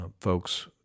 folks